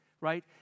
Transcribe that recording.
right